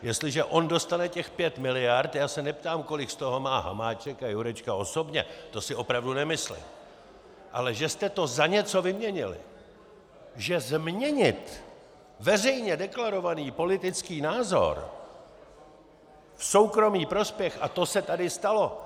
Jestliže on dostane těch pět miliard já se neptám, kolik z toho má Hamáček a Jurečka osobně, to si opravdu nemyslím, ale že jste to za něco vyměnili, že změnit veřejně deklarovaný politický názor v soukromý prospěch, a to se tady stalo.